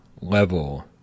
level